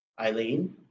Eileen